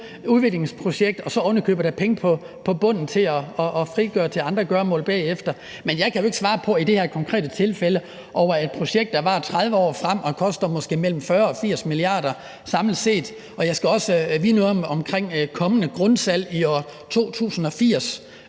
udviklingsprojekt, hvor der så ovenikøbet var penge på bunden til at frigøre til andre gøremål derefter. Men jeg kan jo ikke svare på det i det her konkrete tilfælde med et projekt, der varer 30 år frem og koster måske imellem 40 og 80 mia. kr. samlet set. Jeg skal også vide noget om kommende grundsalg i år 2080